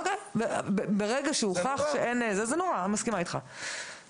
ברגע שהוכח שאין, אני מסכימה איתך, זה נורא.